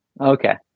Okay